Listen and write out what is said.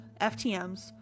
FTMs